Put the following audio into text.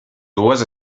dues